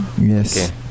Yes